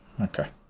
Okay